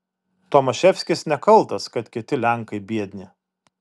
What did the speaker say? tomaševskis nekaltas kad kiti lenkai biedni